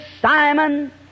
Simon